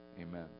Amen